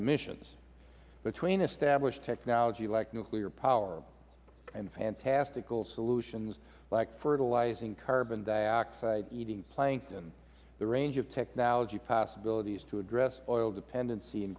emissions between established technology like nuclear power and solutions like fertilizing carbon dioxide eating plankton the range of technology possibilities to address oil dependency